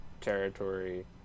territory